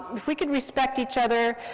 if we could respect each other,